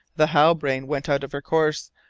the halbrane went out of her course,